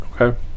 okay